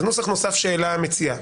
זה נוסח נוסף שהעלה המציע.